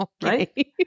Right